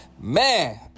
Man